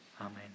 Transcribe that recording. Amen